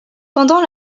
pendant